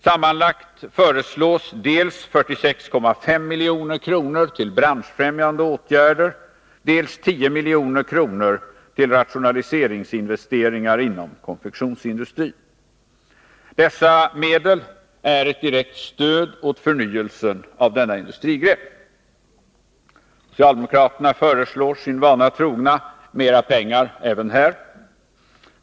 Sammanlagt föreslås dels 46,5 milj.kr. till branschfrämjande åtgärder, dels 10 milj.kr. till rationaliseringsinvesteringar inom konfektionsindustrin. Dessa medel är ett direkt stöd åt förnyelsen av denna industrigren. Socialdemokraterna föreslår sin vana trogna mer pengar även här.